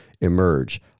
emerge